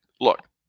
look